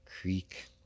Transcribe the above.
Creek